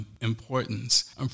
importance